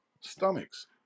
stomachs